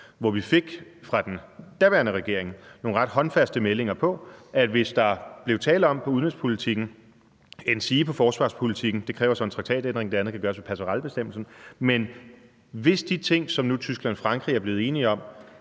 hvor vi fra den daværende regering fik nogle ret håndfaste meldinger på, at hvis der blev tale om noget på udenrigspolitikken, endsige på forsvarspolitikken – det kræver så en traktatændring, det andet kan gøres ved passerellebestemmelsen – altså hvis de ting, som Tyskland og Frankrig nu er blevet enige om,